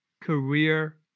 career